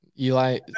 Eli